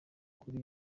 kuri